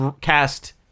cast